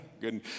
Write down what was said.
Good